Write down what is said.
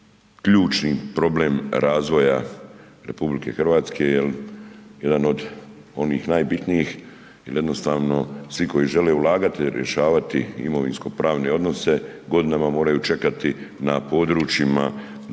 ključni problem razvoja RH jer jedan od onih najbitnijih, jer jednostavno svi koji žele ulagati i rješavati imovinsko-pravne odnose, godinama moraju čekati na područjima, dakle,